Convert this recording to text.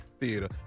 Theater